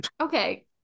Okay